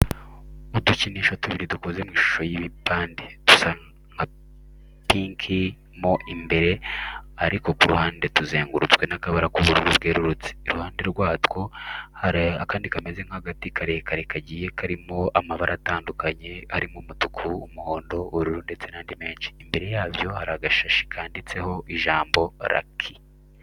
Udukinisho tubiri dukoze mu ishusho y'ibipande, dusa nka pinki mo imbere ariko ku ruhande tuzengurutswe n'akabara k'ubururu bwerurutse. Iruhande rwatwo hari akandi kameze nk'agati karekare kagiye karimo amabara atandukanye harimo umutuku, umuhondo, ubururu ndetse n'andi menshi. Imbere yabyo hari agashashi kanditseho ijambo lucky.